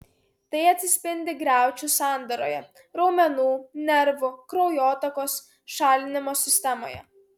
tai atsispindi griaučių sandaroje raumenų nervų kraujotakos šalinimo sistemoje